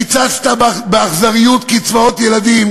קיצצת באכזריות בקצבאות ילדים,